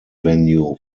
venue